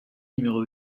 numéro